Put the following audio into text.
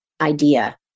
idea